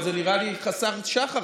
אבל זה נראה לי חסר שחר.